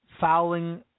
fouling